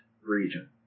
region